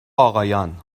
آقایان